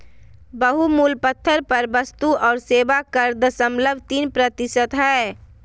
बहुमूल्य पत्थर पर वस्तु और सेवा कर दशमलव तीन प्रतिशत हय